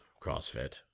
CrossFit